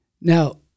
Now